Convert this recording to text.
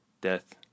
death